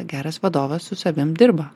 geras vadovas su savim dirba